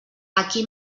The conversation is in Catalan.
aquí